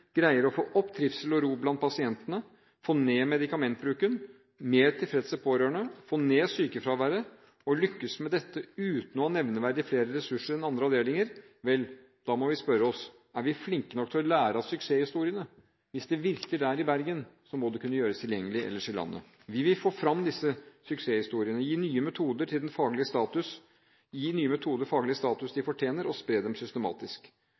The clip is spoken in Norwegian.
greier å få opp trivsel og ro blant pasientene, få ned medikamentbruken, få mer tilfreds pårørende, få ned sykefraværet og lykkes med dette uten å ha nevneverdig flere ressurser enn andre avdelinger, må vi spørre oss: Er vi flinke nok til å lære av suksesshistoriene? Hvis det virker der, i Bergen, må det kunne gjøres tilgjengelig ellers i landet. Vi vil få fram disse suksesshistoriene, gi nye metoder den faglige status de fortjener og spre dem systematisk.